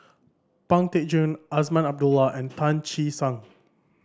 Pang Teck Joon Azman Abdullah and Tan Che Sang